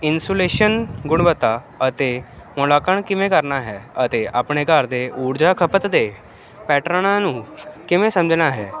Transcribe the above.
insulation ਗੁਣਵੱਤਾ ਅਤੇ ਮੁਲਾਂਕਣ ਕਿਵੇਂ ਕਰਨਾ ਹੈ ਅਤੇ ਆਪਣੇ ਘਰ ਦੇ ਊਰਜਾ ਖਪਤ ਦੇ ਪੈਟਰਨਾਂ ਕਿਵੇਂ ਸਮਝਣਾ ਹੈ